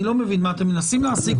אני לא מבין מה אתם מנסים להשיג.